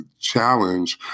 challenge